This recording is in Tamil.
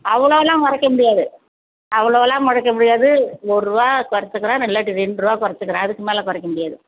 அவ்வளோலாம் குறைக்க முடியாது அவ்வளோலாம் குறைக்க முடியாது ஒருரூவா குறைச்சிக்கறேன் நான் இல்லாட்டி ரெண்டு ரூபா குறைச்சிக்கறேன் அதுக்கு மேலே குறைக்க முடியாது